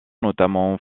notamment